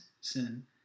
sin